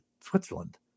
Switzerland